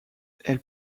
elles